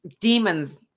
demons